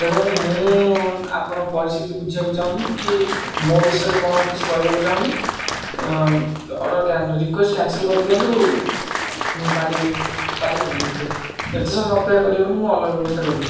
ଦେଖନ୍ତୁ ମୁଁ ଆପଣଙ୍କ ପରିସ୍ଥିତି ବୁଝିବାକୁ ଚାହୁଁନି କି ମୋ ବିଷୟରେ କ'ଣ କିଛି କହିବାକୁ ଚାହୁଁନି ଅର୍ଡ଼ର ରିକ୍ୱେଷ୍ଟ କ୍ୟାନସେଲ କରିଦିଅନ୍ତୁ ମୁଁ ପାରି ପାରିହବନି ଏତେ ଏତେ ସମୟ ଅପେକ୍ଷା କରିହେବନି ମୁଁ ଅଲଗା ବ୍ୟବସ୍ଥା କରିବି